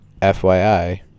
FYI